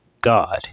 God